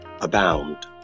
abound